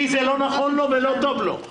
לכן אנחנו לא יכולים תמיד לדבר על יום הראשון.